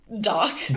Doc